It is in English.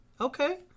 Okay